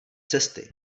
cesty